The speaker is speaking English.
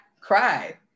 cry